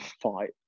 fight